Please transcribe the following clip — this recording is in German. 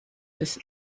des